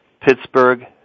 Pittsburgh